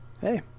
Hey